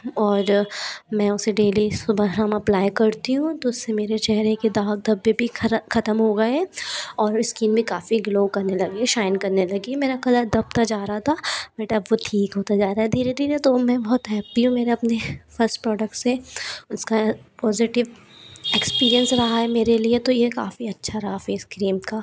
और मैं उसे डेली सुबह शाम अप्लाई करती हूँ तो उस्से मेरे चेहरे के दाग धब्बे भी खत्म हो गए हैं और इस्किन भी काफ़ी ग्लो करने लगी है शाइन करने लगी है मेरा कलर दबता जा रहा था बट अब वो ठीक होता जा रहा है धीरे धीरे तो मैं बहुत हैप्पी हूँ मेरे अपने फ़स्ट प्रोडक्ट से उसका पॉज़ीटिव एक्सपीरियेंस रहा है मेरे लिए तो ये काफ़ी अच्छा रहा फेस क्रीम का